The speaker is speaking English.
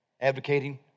advocating